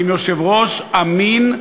עם יושב-ראש אמין,